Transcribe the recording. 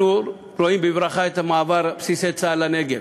אנחנו רואים בברכה את מעבר בסיסי צה"ל לנגב,